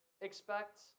Expect